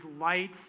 light